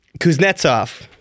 Kuznetsov